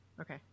Okay